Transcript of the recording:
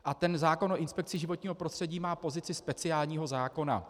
A ten zákon o inspekci životního prostředí má pozici speciálního zákona.